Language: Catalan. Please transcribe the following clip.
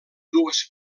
dues